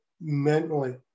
mentally